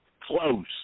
close